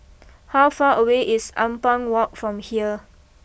how far away is Ampang walk from here